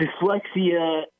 dyslexia